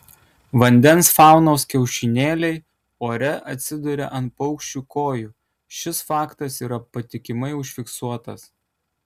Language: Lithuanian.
vandens faunos kiaušinėliai ore atsiduria nuo paukščių kojų šis faktas yra patikimai užfiksuotas